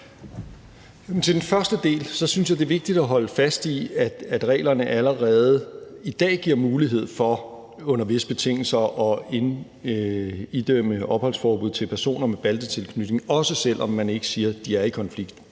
Til den første del vil jeg sige, at jeg synes, det er vigtigt at holde fast i, at reglerne allerede i dag giver mulighed for under visse betingelser at idømme opholdsforbud til personer med bandetilknytning, også selv om man ikke siger, at de er i konflikt.